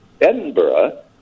Edinburgh